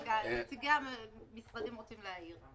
רגע, נציגי המשרדים רוצים להעיר.